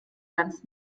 ganz